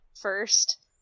first